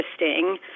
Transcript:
interesting